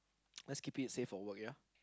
let's keep it safe for work here